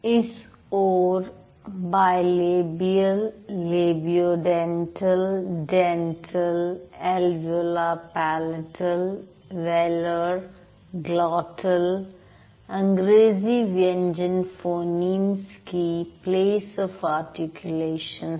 इस ओर bilabial labio dental dental alveolar palatal velar और ग्लोट्ल अंग्रेजी व्यंजन फोनीम्स की प्लेस आफ आर्टिकुलेशन है